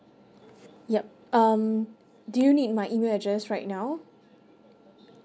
yup um do you need my email address right now